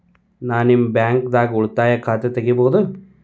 ನಾ ನಿಮ್ಮ ಬ್ಯಾಂಕ್ ದಾಗ ಉಳಿತಾಯ ಖಾತೆ ತೆಗಿಬಹುದ?